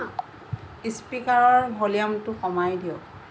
স্পীকাৰৰ ভলিউমটো কমাই দিয়া